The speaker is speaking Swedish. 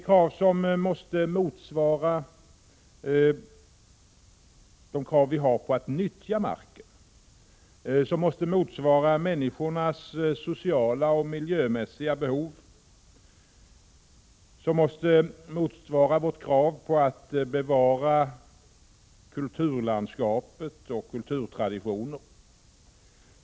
Kraven på att utnyttja marken måste motsvara människornas sociala och miljömässiga behov och motsvara vår önskan att bevara kulturlandskap och kulturella traditioner.